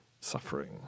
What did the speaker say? suffering